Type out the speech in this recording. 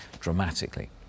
dramatically